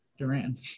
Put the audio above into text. Durant